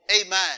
Amen